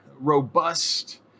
robust